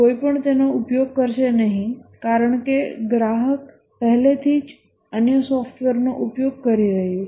કોઈ પણ તેનો ઉપયોગ કરશે નહીં કારણ કે ગ્રાહક પહેલેથી જ અન્ય સોફ્ટવેરનો ઉપયોગ કરી રહ્યું છે